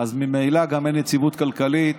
אז ממילא גם אין יציבות כלכלית,